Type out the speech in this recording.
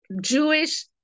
Jewish